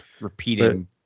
repeating